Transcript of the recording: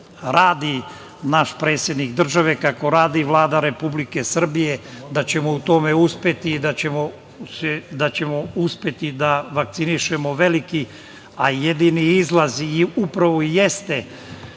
radi naš predsednik države, kako radi Vlada Republike Srbije, da ćemo u tome uspeti i da ćemo uspeti da vakcinišemo veliki, a jedini izlaz upravo i jeste